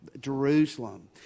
Jerusalem